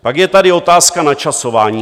Pak je tady otázka načasování.